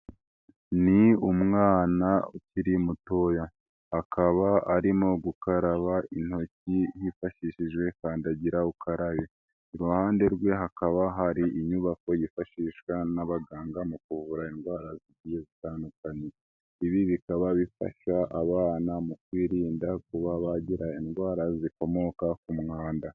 Ni umwana ukiri mutoya akaba arimo gukaraba intoki yifashishije kandagira ukarabe .Iruhande rwe hakaba hari inyubako yifashishwa n'abaganga mu kuvura indwara zigiye zitandukanye, ibi bikaba bifasha abana mu kwirinda kuba bagira indwara zikomoka ku mwanda.